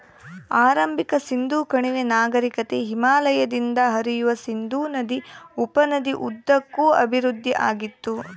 ಆರಂಭಿಕ ಸಿಂಧೂ ಕಣಿವೆ ನಾಗರಿಕತೆ ಹಿಮಾಲಯದಿಂದ ಹರಿಯುವ ಸಿಂಧೂ ನದಿ ಉಪನದಿ ಉದ್ದಕ್ಕೂ ಅಭಿವೃದ್ಧಿಆಗಿತ್ತು